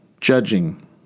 judging